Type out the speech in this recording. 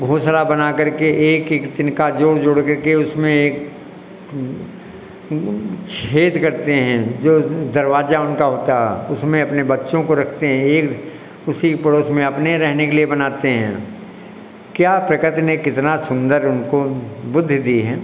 घोंसला बना करके एक एक तिनका जोड़ जोड़ करके उसमें एक छेद करते हैं जो दरवाज़ा उनका होता है उसमें अपने बच्चों को रखते हैं यह उसी के पड़ोस में अपने रहने के लिए बनाते हैं क्या प्रकृति ने कितना सुंदर उनको बुद्धि दी है